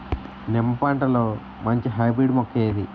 నిమ్మ పంటలో మంచి హైబ్రిడ్ మొక్క ఏది?